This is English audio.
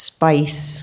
Spice